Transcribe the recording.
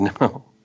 no